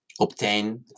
obtain